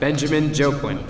benjamin job point